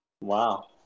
Wow